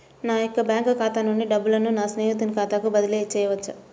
నా యొక్క బ్యాంకు ఖాతా నుండి డబ్బులను నా స్నేహితుని ఖాతాకు బదిలీ చేయవచ్చా?